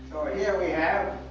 here we have